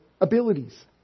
Abilities